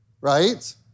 right